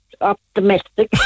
optimistic